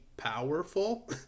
powerful